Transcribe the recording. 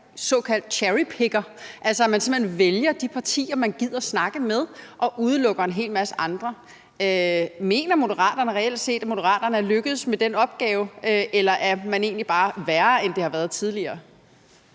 såkaldt cherrypicker, altså at man simpelt hen vælger de partier, man gider snakke med, og udelukker en hel masse andre. Mener Moderaterne reelt set, at Moderaterne er lykkedes med den opgave, eller er det egentlig bare værre, end det har været tidligere?